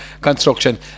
Construction